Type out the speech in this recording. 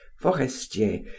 forestier